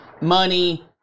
money